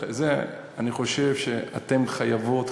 אבל אני חושב שאתם חייבות,